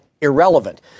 irrelevant